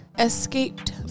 Escaped